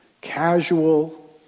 Casual